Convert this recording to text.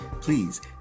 please